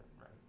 right